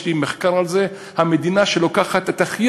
יש לי מחקר על זה המדינה שבה המע"מ הכי